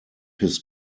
his